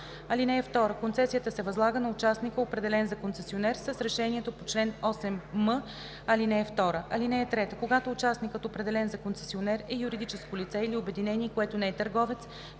(2) Концесията се възлага на участника, определен за концесионер с решението по чл. 8м, ал. 2. (3) Когато участникът, определен за концесионер, е юридическо лице или обединение, което не е търговец,